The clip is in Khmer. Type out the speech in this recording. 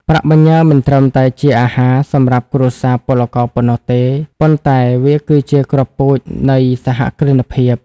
ប្រាក់បញ្ញើមិនត្រឹមតែជា "អាហារ" សម្រាប់គ្រួសារពលករប៉ុណ្ណោះទេ ប៉ុន្តែវាគឺជា "គ្រាប់ពូជ" នៃសហគ្រិនភាព។